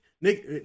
Nick